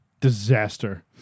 disaster